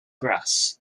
grass